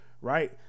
right